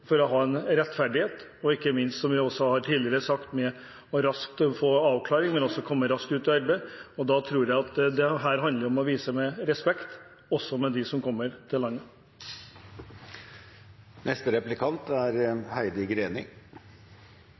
å ha rettferdighet og ikke minst, som vi har sagt tidligere, å få en rask avklaring og å få folk raskt ut i arbeid. Da tror jeg dette handler om å vise respekt også for dem som kommer til landet. Det kan kanskje være grunn til å minne Greni